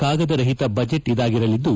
ಕಾಗದ ರಹಿತ ಬಜೆಟ್ ಇದಾಗಿರಲಿದ್ದು